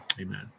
Amen